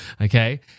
Okay